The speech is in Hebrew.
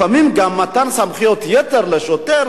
לפעמים גם מתן סמכויות יתר לשוטר,